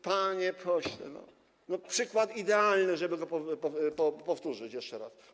Panie pośle, przykład idealny, żeby go powtórzyć jeszcze raz.